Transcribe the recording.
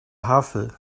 havel